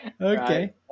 Okay